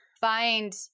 find